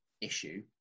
issue